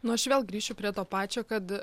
nu aš vėl grįšiu prie to pačio kad